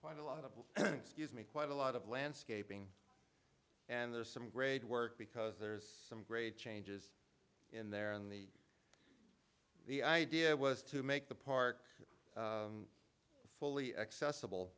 quite a lot of excuse me quite a lot of landscaping and there's some great work because there's some great changes in there and the the idea was to make the park fully accessible